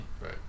Right